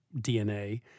DNA